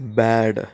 bad